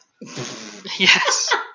Yes